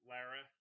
Lara